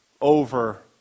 over